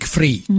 Free